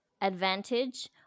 advantage